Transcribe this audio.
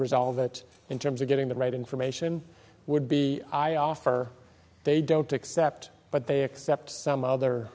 resolve it in terms of getting the right information would be i offer they don't accept but they accept some other